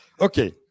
Okay